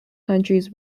countries